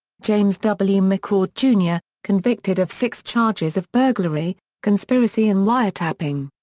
james w. mccord jr, convicted of six charges of burglary, conspiracy and wiretapping.